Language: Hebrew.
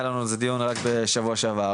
היה לנו על זה דיון רק בשבוע שעבר,